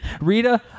rita